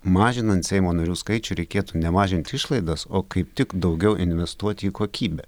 mažinant seimo narių skaičių reikėtų ne mažint išlaidas o kaip tik daugiau investuoti į kokybę